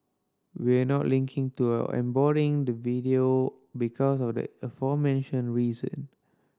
we're not linking to or embedding the video because of the aforementioned reason